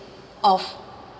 of